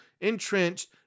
entrenched